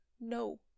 no